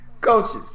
Coaches